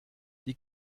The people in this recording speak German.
die